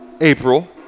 April